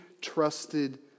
trusted